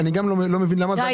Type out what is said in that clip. אני גם לא מבין, למה זרקת הכול?